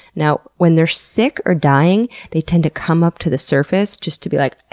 now, when they're sick or dying, they tend to come up to the surface just to be like,